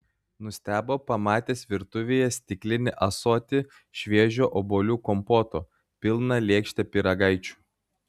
nustebo pamatęs virtuvėje stiklinį ąsotį šviežio obuolių kompoto pilną lėkštę pyragaičių